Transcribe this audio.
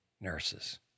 nurses